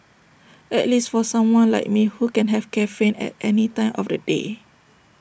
at least for someone like me who can have caffeine at any time of the day